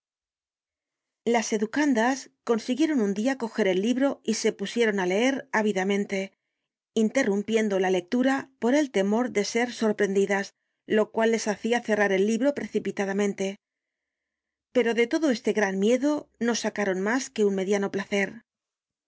las educandas consiguieron un dia coger el libro y se pusieron á leer ávidamente interrumpiendo la lectura por el temor de ser sorprendidas lo cual les hacia cerrar el libro precipitadamente pero de todo este gran miedo no sacaron mas que un mediano placer lo